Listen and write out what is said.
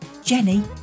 Jenny